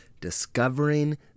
discovering